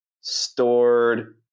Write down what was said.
stored